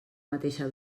mateixa